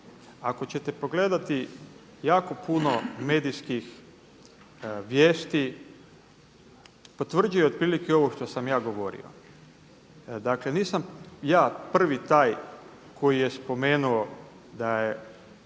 Ako ćete pogledati jako puno medijskih vijesti potvrđuje otprilike ovo što sam ja govorio. Dakle nisam ja prvi taj koji je spomenuo da je